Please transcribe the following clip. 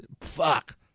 fuck